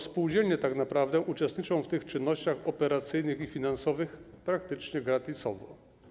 Spółdzielnie tak naprawdę uczestniczą w czynnościach operacyjnych i finansowych praktycznie za darmo.